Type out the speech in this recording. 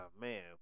man